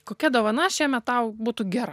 kokia dovana šiemet tau būtų gera